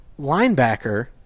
linebacker